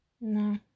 No